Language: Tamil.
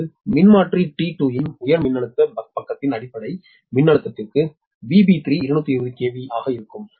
இப்போது மின்மாற்றி T2 இன் உயர் மின்னழுத்த பக்கத்தின் அடிப்படை மின்னழுத்தத்திற்கு VB3 220 KV ஆக இருக்கும்